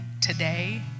today